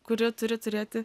kuri turi turėti